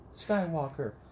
Skywalker